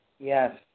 Yes